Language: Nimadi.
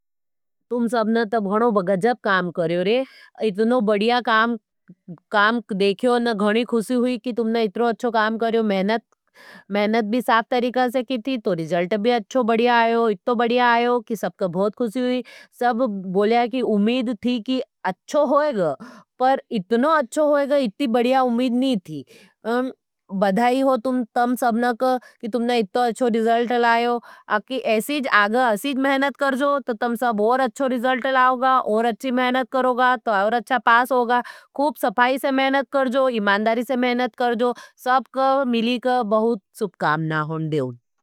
तुम सबना तब गजब काम करेओ रे इतनो बढ़िया काम काम देखेओ न घणी खुशी हुई कि तुमना इतनो अच्छो काम करेओ। मेहनत मेहनत भी साफ तरीका से की थी तो रिजल्ट भी अच्छो बढ़िया आयो इतनो बढ़िया आयो कि सबका बहुत खुशी हुई। सब बोलया कि उमीद थी कि अच्छो होएगा पर इतनो अच्छो होएगा इतनी बढ़िया उमीद नी थी। बधाई हो तुम तम सबनक कि तुमने इतनो अच्छो रिजल्ट लाओ, अकी ऐसीज आगए ऐसीज मेहनत करजो तो तम सब और अच्छो रिजल्ट लाओगा और अच्छी मेहनत करोगा। तो और अच्छा पास होगा खूब सफाई से मेहनत करजो इमानदारी से मेहनत करजो सापका मिलीका बहुत शुभकामना होन देवन।